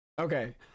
Okay